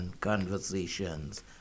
conversations